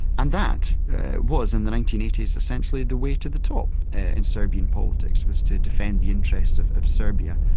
and that was in the nineteen eighty s essentially the way to the top in serbian politics, was to defend the interests of of serbia.